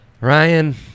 Ryan